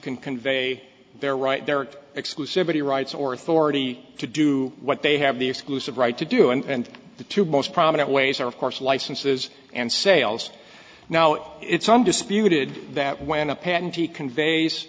convey their right there exclusivity rights or authority to do what they have the exclusive right to do and the two most prominent ways are of course licenses and sales now it's undisputed that when a patent he conveys